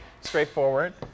straightforward